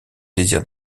désir